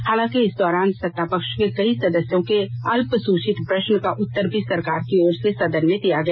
हालांकि इस दौरान सत्तापक्ष के कई सदस्यों के अल्पसूचित प्रश्न का उत्तर भी सरकार की ओर से सदन में दिया गया